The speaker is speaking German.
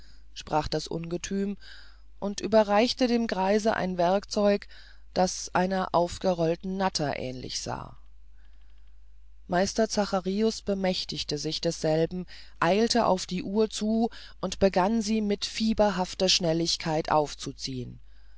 sprach das ungethüm und überreichte dem greise ein werkzeug das einer aufgerollten natter ähnlich sah meister zacharius bemächtigte sich desselben eilte auf die uhr zu und begann sie mit fieberhafter schnelligkeit aufzuziehen